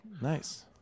nice